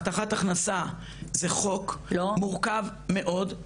הבטחת הכנסה זה חוק מורכב מאוד,